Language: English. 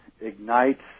ignites